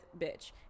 bitch